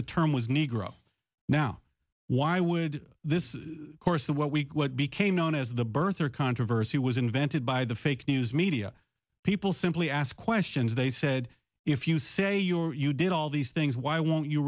the term was negro now why would this course the what week what became known as the birth or controversy was invented by the fake news media people simply asked questions they said if you say your you did all these things why won't you